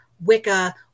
Wicca